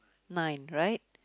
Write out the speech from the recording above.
nine right